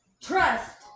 trust